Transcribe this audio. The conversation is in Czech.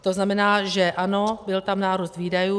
To znamená, ano, byl tam nárůst výdajů.